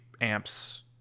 amps